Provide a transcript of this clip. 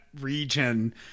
region